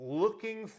looking